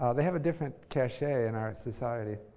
they have a different cachet in our society.